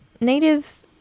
Native